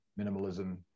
minimalism